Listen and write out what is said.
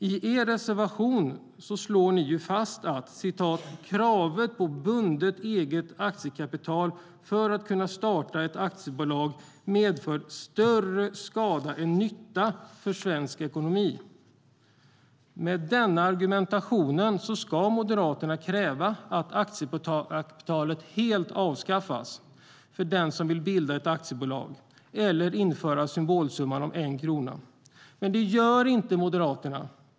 I er reservation slår ni fast att "kravet på bundet eget aktiekapital för att kunna starta ett aktiebolag medför större skada än nytta för svensk ekonomi". Med denna argumentation ska Moderaterna kräva att aktiekapitalet avskaffas helt för den som vill bilda ett aktiebolag, eller införa symbolsumman 1 krona. Men det gör inte Moderaterna.